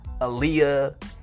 Aaliyah